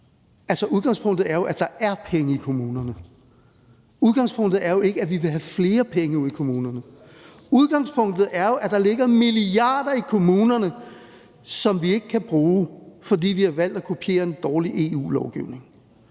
Altså, udgangspunktet er jo, at der er penge i kommunerne. Udgangspunktet er jo ikke, at vi vil have flere penge ud i kommunerne. Udgangspunktet er jo, at der ligger milliarder i kommunerne, som vi ikke kan bruge, fordi vi har valgt at kopiere en dårlig EU-lovgivning.